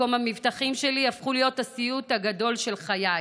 מקום המבטחים שלי, הפכו להיות הסיוט הגדול של חיי.